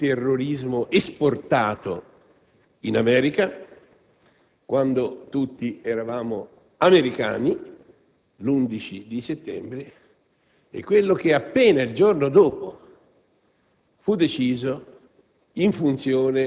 nata, chi ha creato il terrorismo esportato in America, quando tutti eravamo americani l'11 settembre, quello che appena il giorno dopo